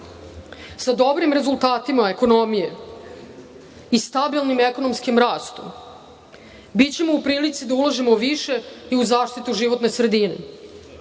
dobrim rezultatima ekonomije i stabilnim ekonomskim rastom, bićemo u prilici da ulažemo više i u zaštitu životne sredine.